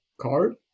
card